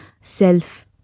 self